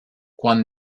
quan